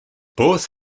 both